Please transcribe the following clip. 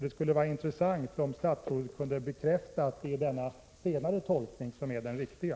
Det skulle vara intressant om statsrådet kunde bekräfta att det är denna senare tolkning som är den riktiga.